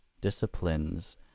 Disciplines